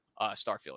Starfield